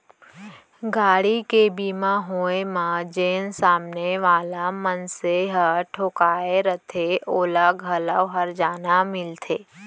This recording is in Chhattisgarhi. गाड़ी के बीमा होय म जेन सामने वाला मनसे ह ठोंकाय रथे ओला घलौ हरजाना मिलथे